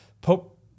Pope